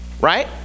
right